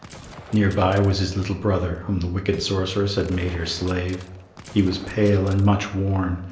near by was his little brother, whom the wicked sorceress had made her slave he was pale and much worn,